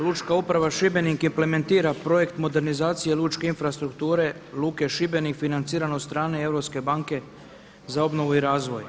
Lučka uprava Šibenik implementira projekt modernizacije lučke infrastrukture luke Šibenik financiran od strane Europske banke za obnovu i razvoj.